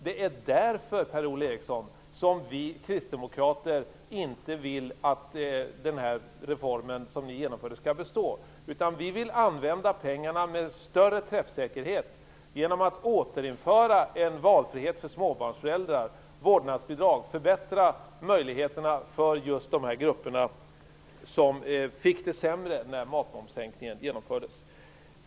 Det är därför, Per-Ola Eriksson, som vi kristdemokrater inte vill att den reform som ni genomförde skall bestå. Vi vill använda pengarna med en större träffsäkerhet, genom att återinföra valfrihet för småbarnsföräldrar - införa vårdnadsbidrag. Vi vill förbättra möjligheterna för de grupper som fick det sämre när matmomsen sänktes.